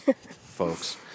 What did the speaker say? folks